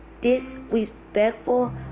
disrespectful